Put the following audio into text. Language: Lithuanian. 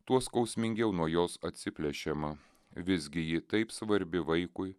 tuo skausmingiau nuo jos atsiplėšiama visgi ji taip svarbi vaikui